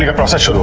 ah process sort of